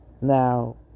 Now